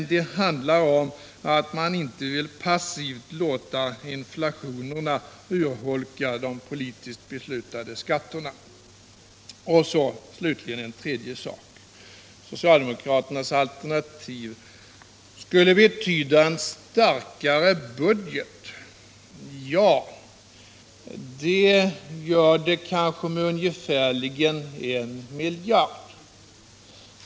Vad det handlar om är att vi inte passivt vill låta inflationen urholka de politiskt beslutade skatterna. Socialdemokraternas alternativ. för det tredje, skulle betyda en starkare budget, säger man. Ja. det gör det kanske med ungefär en miljard kronor.